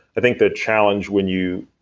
i think the challenge when you